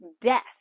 death